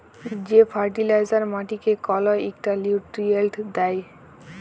যে ফার্টিলাইজার মাটিকে কল ইকটা লিউট্রিয়েল্ট দ্যায়